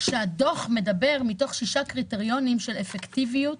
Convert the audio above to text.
ולפי הדוח, מתוך שישה קריטריונים של אפקטיביות